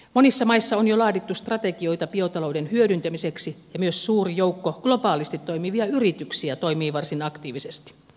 monissa maissa on jo laadittu strategioita biotalouden hyödyntämiseksi ja myös suuri joukko globaalisti toimivia yrityksiä toimii varsin aktiivisesti